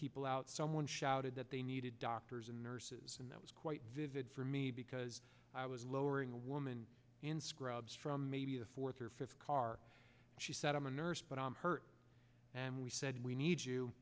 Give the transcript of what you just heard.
people out someone shouted that they needed doctors and nurses and that was quite vivid for me because i was lowering a woman in scrubs from maybe the fourth or fifth car she said i'm a nurse but i'm hurt and we said we need you